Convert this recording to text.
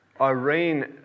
Irene